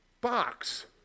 Box